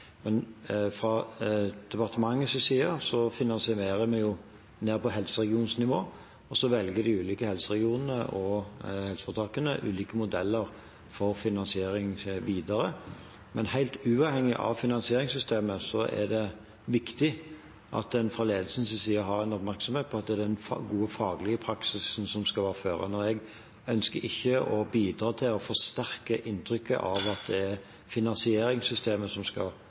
på helseregionnivå, og så velger de ulike helseregionene og helseforetakene ulike modeller for finansiering videre. Men helt uavhengig av finansieringssystemet er det viktig at en fra ledelsens side har en oppmerksomhet på at det er den gode faglige praksisen som skal være førende. Jeg ønsker ikke å bidra til å forsterke inntrykket av at det er finansieringssystemet som skal